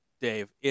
Dave